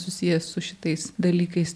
susiję su šitais dalykais